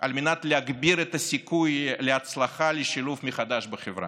על מנת להגביר את הסיכוי להצלחה בשילוב מחדש בחברה.